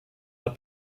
hat